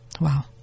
wow